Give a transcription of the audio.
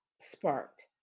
sparked